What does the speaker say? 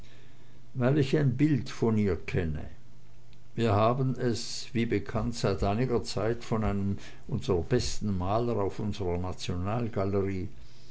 weil ich ein bild von ihr kenne wir haben es wie bekannt seit einiger zeit von einem unsrer besten maler auf unsrer nationalgalerie